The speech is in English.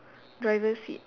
driver seat